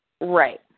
Right